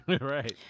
Right